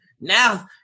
now